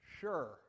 Sure